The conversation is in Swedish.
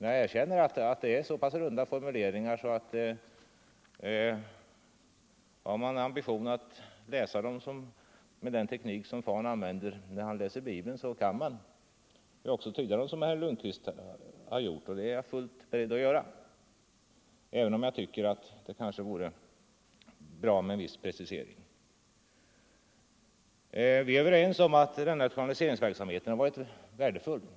Jag erkänner att formuleringarna är så pass runda att man, om man har ambitioner att läsa dem med den teknik som fan använder när han läser bibeln, också kan tyda dem som herr Lundkvist gjort, och det är jag fullt beredd att göra även om jag tycker att det vore bra med en viss precisering. Vi är överens om att rationaliseringsverksamheten varit värdefull.